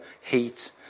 heat